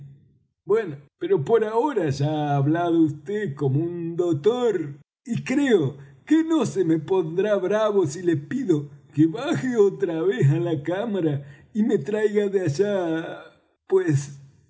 bueno pero por ahora ya ha hablado vd como un dotor y creo que no se me pondrá bravo si le pido que baje otra vez á la cámara y me traiga de allá pues sí